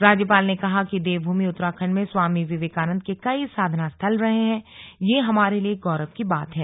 राज्यपाल ने कहा कि देवभूमि उत्तराखण्ड में स्वामी विवेकानन्द के कई साधना स्थल रहे हैं यह हमारे लिए गौरव की बात है